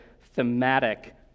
thematic